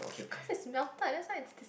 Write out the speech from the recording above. cause it's melted that's why it's dis~